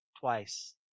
twice